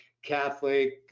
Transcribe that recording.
catholic